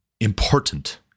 important